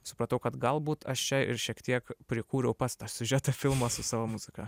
supratau kad galbūt aš čia ir šiek tiek prikūriau pats tą siužetą filmo su savo muzika